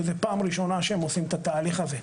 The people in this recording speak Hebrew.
שזה פעם ראשונה שהם עושים את התהליך הזה,